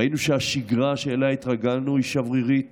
ראינו שהשגרה שאליה התרגלנו היא שברירית